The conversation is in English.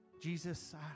Jesus